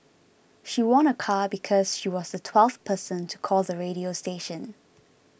she won a car because she was the twelfth person to call the radio station